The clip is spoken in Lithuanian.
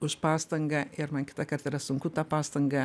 už pastangą ir man kitą kartą yra sunku tą pastangą